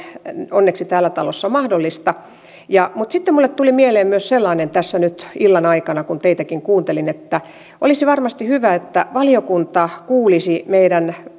onneksi täällä talossa mahdollista mutta sitten minulle tuli mieleen myös sellainen tässä nyt illan aikana kun teitäkin kuuntelin että olisi varmasti hyvä että valiokunta kuulisi meidän